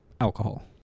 alcohol